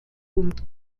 und